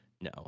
No